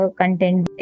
content